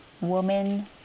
woman